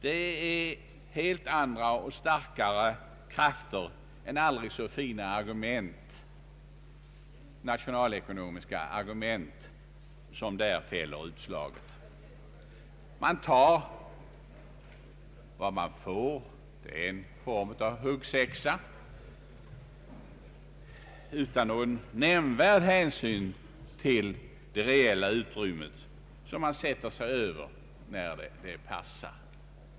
Det är helt andra och starkare krafter än aldrig så fina nationalekonomiska argument som där fäller utslaget. Man tar vad man får, en form av huggsexa utan någon nämnvärd hänsyn till det reella utrymmet, som man ignorerar när det passar.